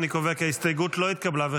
אני קובע כי ההסתייגות לא התקבלה.